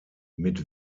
mit